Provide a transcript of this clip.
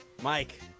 Mike